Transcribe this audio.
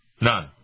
None